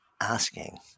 asking